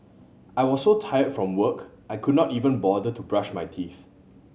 I was so tired from work I could not even bother to brush my teeth